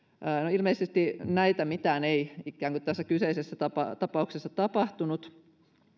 ilmeisesti näitä mitään ei tässä kyseisessä tapauksessa tapahtunut